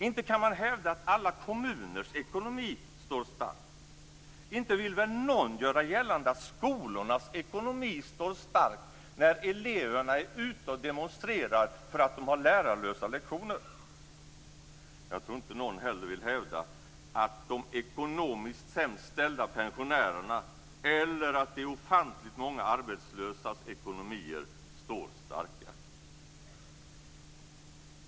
Inte kan man hävda att alla kommuners ekonomi står stark. Inte vill väl någon göra gällande att skolornas ekonomi står stark, när eleverna är ute och demonstrerar därför att de har lärarlösa lektioner. Jag tror inte heller att någon vill hävda att de ekonomiskt sämst ställda pensionärerna eller de ofantligt många arbetslösas ekonomier står starka.